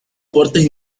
aportes